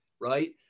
right